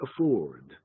afford